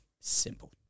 simple